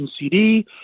CD